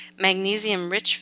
magnesium-rich